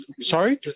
Sorry